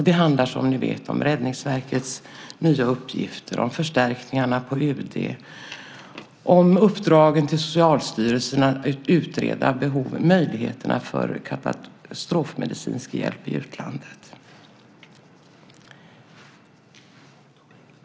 Det handlar, som ni vet, om Räddningsverkets nya uppgifter, om förstärkningarna på UD och om uppdragen till Socialstyrelsen att utreda möjligheterna för katastrofmedicinsk hjälp i utlandet.